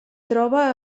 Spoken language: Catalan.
troba